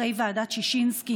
אחרי ועדת ששינסקי,